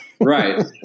Right